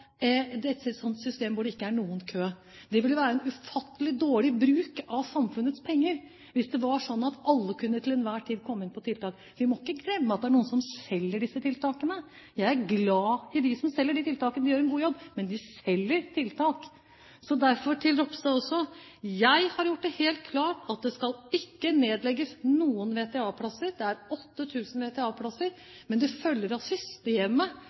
et system hvor det ikke er noen kø. Det ville vært en ufattelig dårlig bruk av samfunnets penger, hvis det var slik at alle til enhver tid kunne komme inn på tiltak. Vi må ikke glemme at det er noen som selger disse tiltakene. Jeg er glad i dem som selger tiltakene, de gjør en god jobb, men de selger tiltak. Derfor til Ropstad: Jeg har gjort det helt klart at det ikke skal nedlegges noen VTA-plasser. Det er 8 000 VTA-plasser, men det følger av systemet